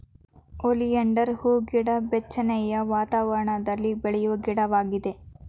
oleander ಹೂಗಿಡ ಬೆಚ್ಚನೆಯ ವಾತಾವರಣದಲ್ಲಿ ಬೆಳೆಯುವ ಗಿಡವಾಗಿದೆ